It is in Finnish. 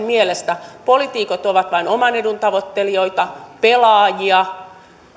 mielestä poliitikot ovat vain oman edun tavoittelijoita pelaajia